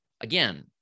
Again